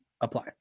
apply